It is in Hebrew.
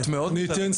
את מאוד מתעלמת מזה.